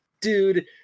dude